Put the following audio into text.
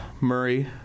Murray